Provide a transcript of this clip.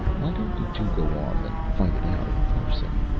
why don't you two go off and fight it out in person?